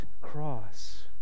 cross